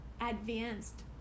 advanced